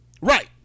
Right